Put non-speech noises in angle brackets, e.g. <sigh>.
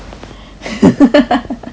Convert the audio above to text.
<laughs>